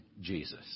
Jesus